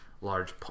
large